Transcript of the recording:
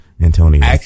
Antonio